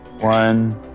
One